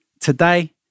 Today